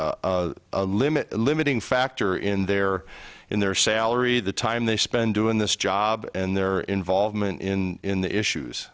a limit a limiting factor in their in their salary the time they spend doing this job and their involvement in the issues